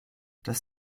das